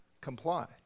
comply